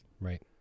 Right